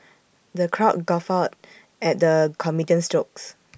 the crowd guffawed at the comedian's jokes